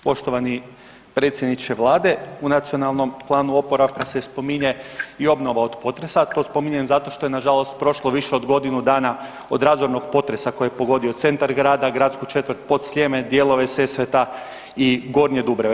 Poštovani predsjedniče vlade, u Nacionalnom planu oporavka se spominje i obnova od potresa, a to spominjem zato što je nažalost prošlo više od godinu dana od razornog potresa koji je pogodio centar grada, gradsku četvrt Podsljeme, dijelove Sesveta i Gornje Dubrave.